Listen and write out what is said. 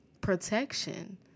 protection